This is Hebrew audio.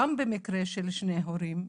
גם במקרה של שני הורים.